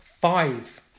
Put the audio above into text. Five